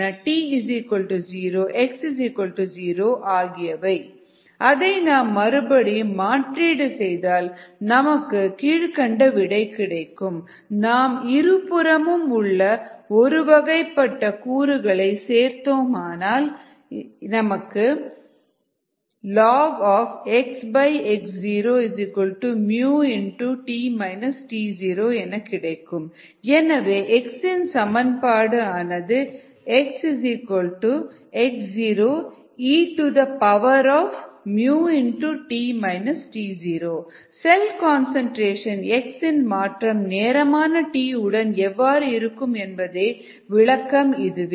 lnx0 to c அதை நாம் மறுபடியும் மாற்றீடு செய்தால் நமக்கு கீழ்கண்ட விடை கிடைக்கும் lnxt lnx0 to நாம் இருபுறமும் உள்ள ஒருவகைப்பட்ட கூறுகளை சேர்த்தால் lnxx0t t0 எனவே எக்ஸின் சமன்பாடு ஆனது xx0et t0 cell concentration x இன் மாற்றம் நேரமான t உடன் எவ்வாறு இருக்கும் என்பதன் விளக்கம் இதுவே